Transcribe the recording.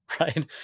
right